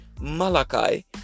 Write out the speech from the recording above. Malachi